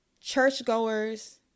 churchgoers